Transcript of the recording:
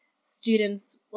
students